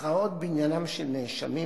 הכרעות בעניינם של נאשמים,